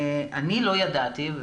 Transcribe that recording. אני לא ידעתי,